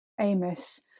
Amos